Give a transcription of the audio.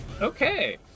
Okay